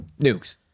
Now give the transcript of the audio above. Nukes